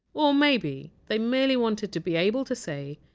or maybe they merely wanted to be able to say,